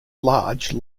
large